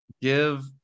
Give